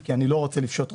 כי אני לא רוצה לפשוט רגל.